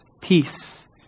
peace